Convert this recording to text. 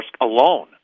alone